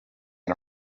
and